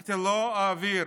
אמרתי: לא אעביר.